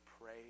Pray